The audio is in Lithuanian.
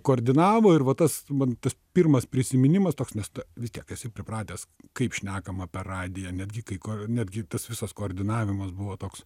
koordinavo ir va tas man tas pirmas prisiminimas toks nes tu vis tiek esi pripratęs kaip šnekama per radiją netgi kai kur netgi tas visas koordinavimas buvo toks